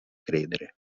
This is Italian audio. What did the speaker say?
credere